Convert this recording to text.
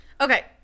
Okay